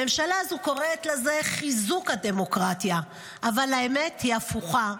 הממשלה הזאת קוראת לזה חיזוק הדמוקרטיה אבל האמת היא הפוכה.